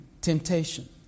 temptation